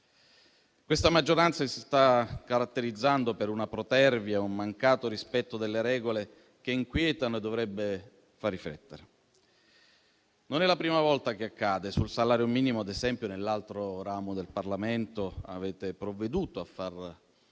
Questa maggioranza si sta caratterizzando per una protervia e un mancato rispetto delle regole che inquietano e dovrebbero far riflettere. Non è la prima volta che accade sul salario minimo. Ad esempio, nell'altro ramo del Parlamento avete provveduto a far